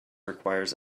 requires